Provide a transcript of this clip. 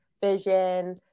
vision